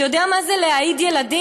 אתה יודע מה זה להעיד ילדים?